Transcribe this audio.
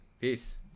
Peace